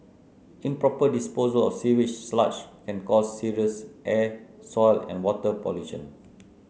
improper disposal of sewage sludge can cause serious air soil and water pollution